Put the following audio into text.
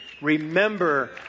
Remember